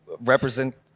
represent